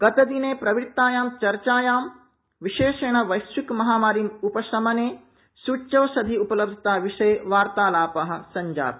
गतदिने प्रवृत्तायां चर्चायां विशेषेण वैश्विकमहामारीम् उपशमने सृच्यौषधिउपलब्धताविषये वार्तालापा संजाता